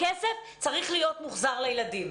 הכסף צריך להיות מוחזר לילדים.